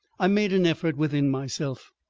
i made an effort within myself.